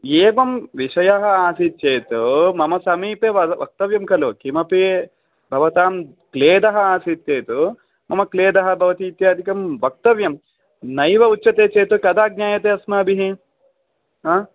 एवं विषयः आसीत् चेत् मम समीपे वद् वक्तव्यं खलु इमपि भवतां क्लेदः आसीत् चेत् मम क्लेदः भवति इत्यादिकं वक्तव्यं नैव उच्यते चेत् कदा ज्ञायते अस्माभिः हा